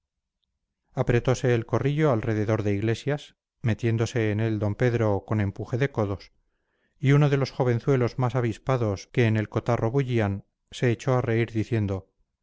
apretose el corrillo alrededor de iglesias metiéndose en él d pedro con empuje de codos y uno de los jovenzuelos más avispados que en el cotarro bullían se echó a reír diciendo